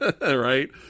Right